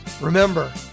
Remember